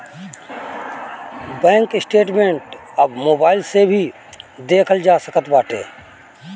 bank statement अब mobile से भी देखल जा सकत बाटे